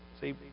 See